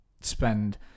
spend